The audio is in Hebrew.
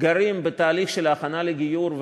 חיים בתהליך של הכנה לגיור,